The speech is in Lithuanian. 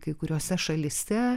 kai kuriose šalyse